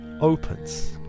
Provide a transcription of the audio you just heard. Opens